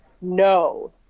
No